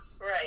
Right